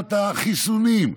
מבחינת החיסונים,